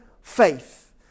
faith